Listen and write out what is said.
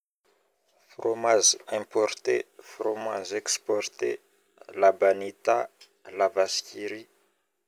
fromage importe, fromage exporte, labanita, lazavaskiri